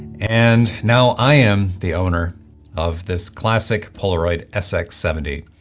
and now, i am the owner of this classic polaroid sx seventy.